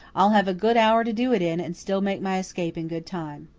i'll have a good hour to do it in, and still make my escape in good time.